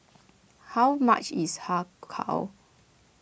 how much is Har Kow